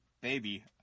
baby